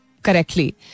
correctly